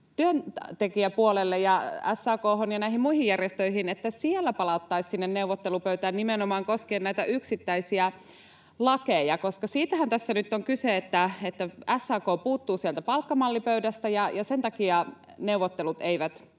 työntekijäpuolelle ja SAK:hon ja näihin muihin järjestöihin, että siellä palattaisiin sinne neuvottelupöytään nimenomaan koskien näitä yksittäisiä lakeja? Siitähän tässä nyt on kyse, että SAK puuttuu sieltä palkkamallipöydästä ja sen takia neuvottelut eivät